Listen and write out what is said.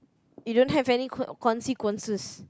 you don't have any consequences